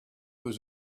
was